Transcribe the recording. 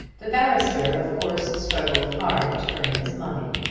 the barrister of course struggled hard to earn his money.